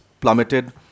plummeted